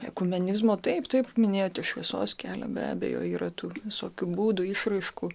ekumenizmo taip taip minėjote šviesos kelią be abejo yra tų visokių būdų išraiškų